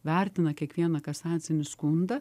vertina kiekvieną kasacinį skundą